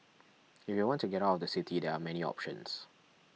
if you want to get out of the city there are many options